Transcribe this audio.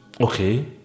Okay